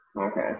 Okay